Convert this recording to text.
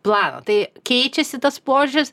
planą tai keičiasi tas požiūris